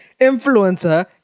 influencer